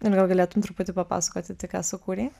ir gal galėtum truputį papasakoti tai ką sukūrei